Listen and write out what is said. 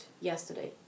yesterday